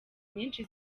nyinshi